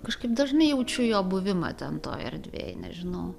kažkaip dažnai jaučiu jo buvimą ten toj erdvėj nežinau